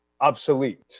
obsolete